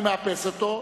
אני מאפס אותו,